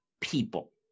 people